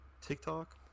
tiktok